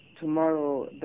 tomorrow